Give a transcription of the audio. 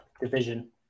division